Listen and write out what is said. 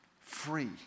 Free